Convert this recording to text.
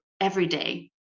everyday